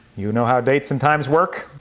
you know how dates and times work.